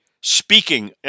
speaking